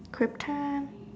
Krypton